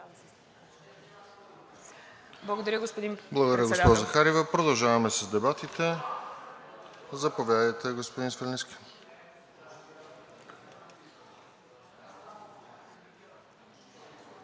Благодаря, господин Председател.